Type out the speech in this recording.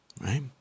right